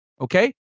okay